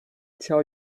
tell